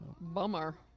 Bummer